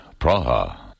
Praha